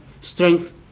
strength